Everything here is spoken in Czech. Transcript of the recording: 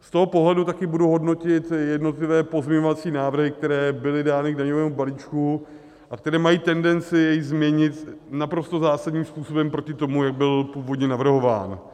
Z toho pohledu taky budu hodnotit jednotlivé pozměňovací návrhy, které byly dány k daňovému balíčku a které mají tendenci jej změnit naprosto zásadním způsobem proti tomu, jak byl původně navrhován.